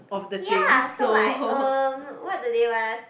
ya so like um what do they want us